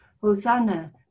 Hosanna